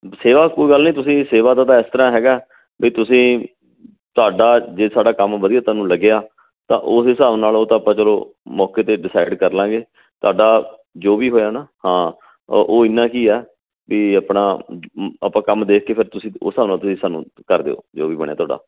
ਸੇਵਾ ਕੋਈ ਗੱਲ ਨਹੀਂ ਤੁਸੀਂ ਸੇਵਾ ਦਾ ਤਾਂ ਇਸ ਤਰ੍ਹਾਂ ਹੈਗਾ ਬਈ ਤੁਸੀਂ ਤੁਹਾਡਾ ਜੇ ਸਾਡਾ ਕੰਮ ਵਧੀਆ ਤੁਹਾਨੂੰ ਲੱਗਿਆ ਤਾਂ ਉਸ ਹਿਸਾਬ ਨਾਲ ਉਹ ਤਾਂ ਆਪਾਂ ਚੱਲੋ ਮੌਕੇ 'ਤੇ ਡਿਸਾਈਡ ਕਰ ਲਵਾਂਗੇ ਤੁਹਾਡਾ ਜੋ ਵੀ ਹੋਇਆ ਨਾ ਹਾਂ ਉਹ ਇੰਨਾ ਕੁ ਹੀ ਆ ਵੀ ਆਪਣਾ ਆਪਾਂ ਕੰਮ ਦੇਖ ਕੇ ਫਿਰ ਤੁਸੀਂ ਉਹ ਹਿਸਾਬ ਨਾਲ ਤੁਸੀਂ ਸਾਨੂੰ ਕਰ ਦਿਓ ਜੋ ਵੀ ਬਣਿਆ ਤੁਹਾਡਾ